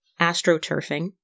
astroturfing